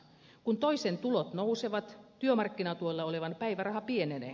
kun toisen tulot nousevat työmarkkinatuella olevan päiväraha pienenee